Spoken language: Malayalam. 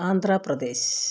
ആന്ധ്രാപ്രദേശ്